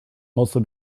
mostly